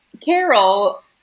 Carol